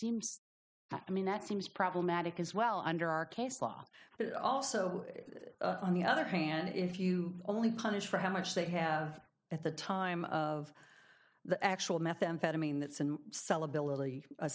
seems i mean that seems problematic is well under our case law but also on the other hand if you only punish for how much they have at the time of the actual methamphetamine that's and sell ability a